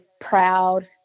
proud